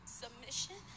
submission